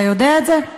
אתה יודע את זה?